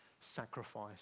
sacrifice